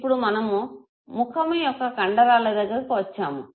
ఇప్పుడు మనము ముఖము యొక్క కండరాల దగ్గరకు వచ్చాము